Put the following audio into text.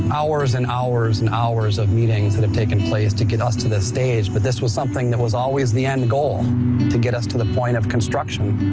hours and hours and hours of meetings that have taken place to get us to this stage, but this was something that was always the end goal to get us to the point of construction.